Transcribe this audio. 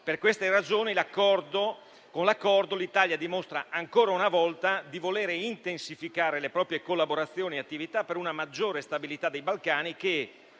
Per queste ragioni, con tale Accordo l'Italia dimostra ancora una volta di voler intensificare le proprie collaborazioni e attività per una maggiore stabilità dei Balcani che